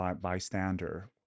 bystander